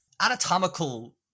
anatomical